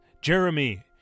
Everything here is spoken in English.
Jeremy